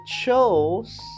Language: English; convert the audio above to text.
chose